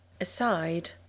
aside